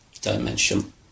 dimension